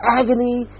agony